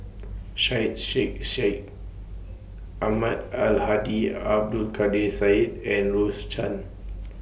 Syed Sheikh Syed Ahmad Al Hadi Abdul Kadir Syed and Rose Chan